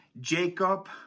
Jacob